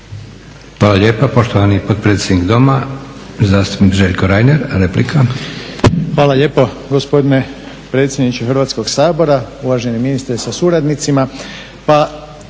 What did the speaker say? Hvala lijepa. Poštovani potpredsjednik Doma, zastupnik Željko Reiner, replika. **Reiner, Željko (HDZ)** Hvala lijepo gospodine predsjedniče Hrvatskog sabora, uvaženi ministre sa suradnicima.